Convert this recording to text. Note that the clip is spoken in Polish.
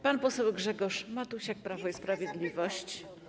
Pan poseł Grzegorz Matusiak, Prawo i Sprawiedliwość.